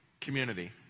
community